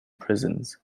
prisons